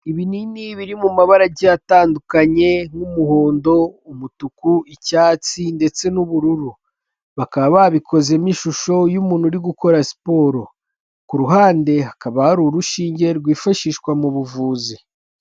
Ibinini biri mu mabara agiye atandukanye nk'umuhondo, umutuku, icyatsi ndetse n'ubururu bakaba babikozemo ishusho y'umuntu uri gukora siporo, ku ruhande hakaba hari urushinge rwifashishwa mu buvuzi.